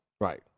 Right